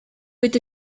with